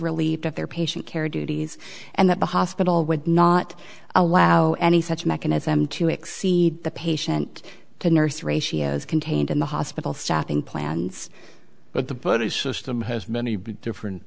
relieved of their patient care duties and that the hospital would not allow any such mechanism to exceed the patient to nurse ratios contained in the hospital staffing plans but the buddy system has many different